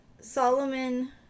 Solomon